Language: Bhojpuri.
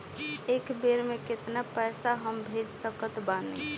एक बेर मे केतना पैसा हम भेज सकत बानी?